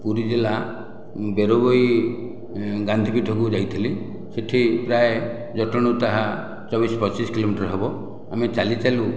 ପୁରୀ ଜିଲ୍ଲା ବେରବୋଇ ଗାନ୍ଧୀ ପୀଠକୁ ଯାଇଥିଲି ସେଠି ପ୍ରାୟ ଜଟଣୀରୁ ତାହା ଚବିଶ ପଚିଶ କିଲୋମିଟର ହେବ ଆମେ ଚାଲିଥିଲୁ